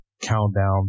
countdown